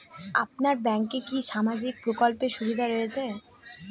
আপনার ব্যাংকে কি সামাজিক প্রকল্পের সুবিধা রয়েছে?